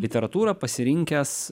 literatūrą pasirinkęs